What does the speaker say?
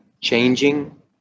changing